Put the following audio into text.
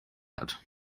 hat